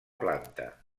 planta